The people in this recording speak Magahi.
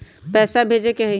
पैसा भेजे के हाइ?